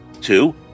Two